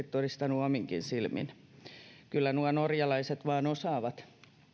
todistanut ominkin silmin kyllä ne norjalaiset vaan osaavat